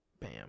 Bam